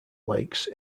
lakes